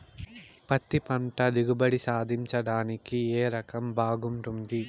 పత్తి పంట దిగుబడి సాధించడానికి ఏ రకం బాగుంటుంది?